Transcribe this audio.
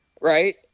right